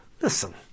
listen